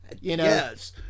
Yes